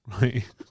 right